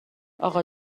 اقا